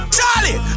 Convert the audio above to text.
Charlie